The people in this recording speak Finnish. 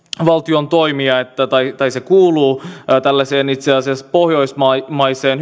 valtion toimia tai tai se kuuluu itse asiassa tällaiseen pohjoismaiseen